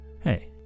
Hey